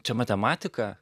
čia matematika